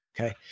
okay